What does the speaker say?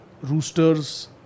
roosters